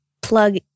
plug